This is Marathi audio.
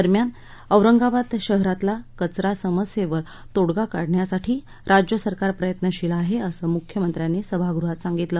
दरम्यान औरंगाबाद शहरातला कचरा समस्येवर तोडगा काढण्यासाठी राज्यसरकार प्रयत्नशिल आहे असं मुख्यमंत्र्यांनी सभागृहात सांगितलं